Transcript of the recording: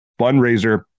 fundraiser